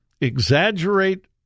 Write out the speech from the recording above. exaggerate